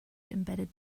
embedded